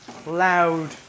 loud